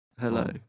Hello